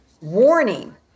warning